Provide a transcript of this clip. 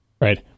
right